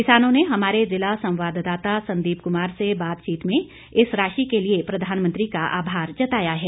किसानों ने हमारे ज़िला संवाददाता संदीप कुमार से बातचीत में इस राशि के लिए प्रधानमंत्री का आभार जताया है